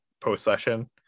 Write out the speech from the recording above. post-session